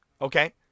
Okay